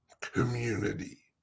community